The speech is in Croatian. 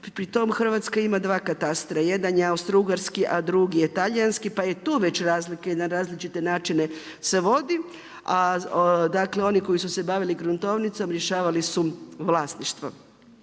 Pri tome Hrvatska ima dva katastra, jedan je austrougarski a drugi je talijanski, pa je tu već razlika i na različite načine se vodi. A dakle oni koji su se bavili gruntovnicom rješavali su vlasništvo.